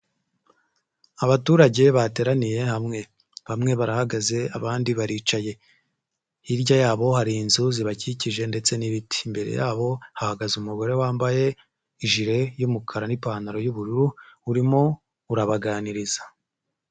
Abaturage bateraniye hamwe, bamwe barahagaze abandi baricaye, hirya yabo hari inzu zibakikije ndetse n'ibiti, imbere yabo hahagaze umugore wambaye ijire y'umukara n'ipantaro y'ubururu urimo urabaganiriza.